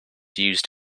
used